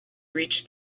reached